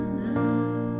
love